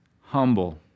humble